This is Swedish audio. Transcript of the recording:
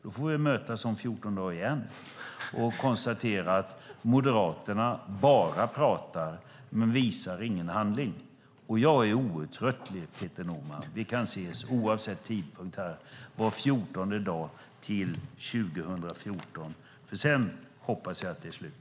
Då får vi mötas om 14 dagar igen och konstatera att Moderaterna bara pratar men visar ingen handling. Jag är outtröttlig, Peter Norman. Vi kan ses oavsett tidpunkt här var fjortonde dag till 2014, för sedan hoppas jag att det är slut.